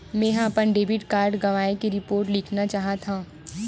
मेंहा अपन debit card गवाए के रिपोर्ट लिखना चाहत हव